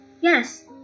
yes